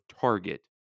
target